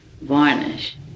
varnish